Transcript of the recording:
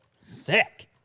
Sick